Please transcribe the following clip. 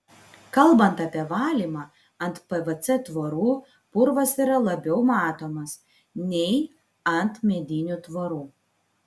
kalbant apie valymą ant pvc tvorų purvas yra labiau matomas nei ant medinių tvorų